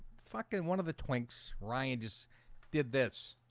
fucking one of the twinks ryan just did this